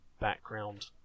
background